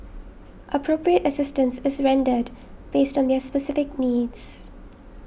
appropriate assistance is rendered based on their specific needs